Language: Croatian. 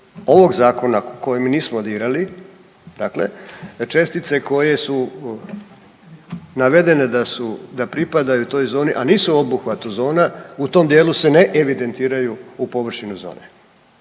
ovog Zakona koji mi nismo dirali, dakle, da čestice koje su navedene da su da pripadaju toj zoni, a nisu u obuhvatu zona, u tom dijelu se ne evidentiraju u površinu zone